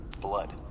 Blood